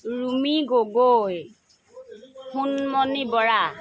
Rumi Gogoi Sonmoni Bora